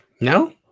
No